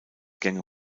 gänge